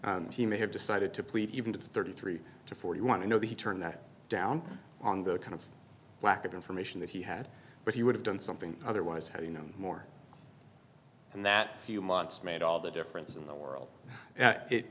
he may have decided to plead even to thirty three to four you want to know that he turned that down on the kind of lack of information that he had but he would have done something otherwise how do you know more and that few months made all the difference in the world